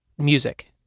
music